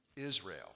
Israel